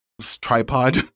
tripod